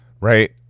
right